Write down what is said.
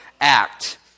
act